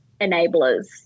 enablers